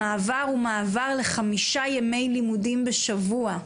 חשוב לציין שהמעבר הוא מעבר לחמישה ימי לימודים בשבוע.